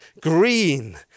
green